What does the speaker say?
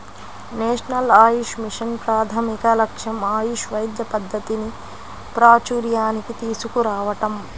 national AYUSH mission ప్రాథమిక లక్ష్యం ఆయుష్ వైద్య పద్ధతిని ప్రాచూర్యానికి తీసుకురావటం